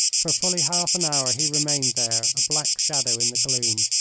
for fully half an hour he remained there, a black shadow in the gloom.